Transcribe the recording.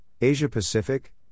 Asia-Pacific